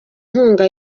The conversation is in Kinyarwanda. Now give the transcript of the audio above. inkunga